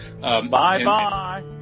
Bye-bye